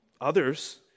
Others